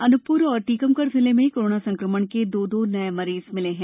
अनूपपुर और टीकमगढ जिले में कोरोना संकमण के दो दो नये मरीज मिले हैं